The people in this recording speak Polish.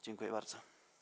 Dziękuję bardzo.